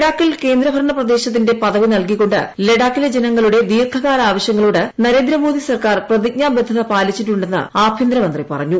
ലഡാക്കിൽ കേന്ദ്രഭരണ പ്രദേശത്തിന്റെ പദവി നൽകിക്കൊണ്ട് ലഡാക്കിലെ ജനങ്ങളുടെ ദീർഘകാല ആവശ്യങ്ങളോട് നരേന്ദ്ര മോഡി സർക്കാർ പ്രതിജ്ഞാബദ്ധത പാലിച്ചിട്ടുണ്ടെന്ന് ആഭ്യന്തരമന്ത്രി പറഞ്ഞു